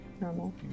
normal